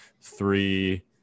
three